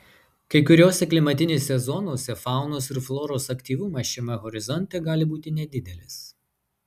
kai kuriose klimatinėse zonose faunos ir floros aktyvumas šiame horizonte gali būti nedidelis